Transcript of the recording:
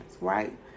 right